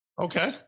Okay